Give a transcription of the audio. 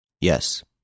Yes